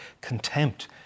contempt